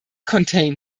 contain